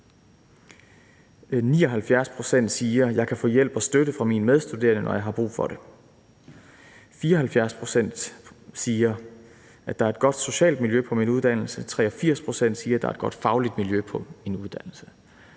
pct. siger: Jeg kan få hjælp og støtte fra mine medstuderende, når jeg har brug for det. 74 pct. siger: Der er et godt socialt miljø på min uddannelse. 83 pct. siger: Der er et godt fagligt miljø på min uddannelse.